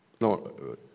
No